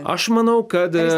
aš manau kad